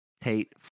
Tate